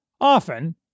often